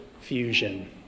fusion